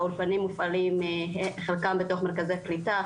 האולפנים מופעלים חלקם בתוך משרדי קליטה,